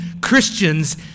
Christians